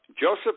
Joseph